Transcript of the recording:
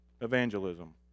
evangelism